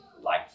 life